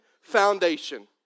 foundation